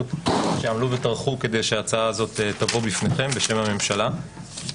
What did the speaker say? שעמלו וטרחו כדי שההצעה הזו תבוא בפניכם בשם הממשלה.